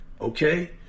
okay